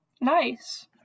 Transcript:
Nice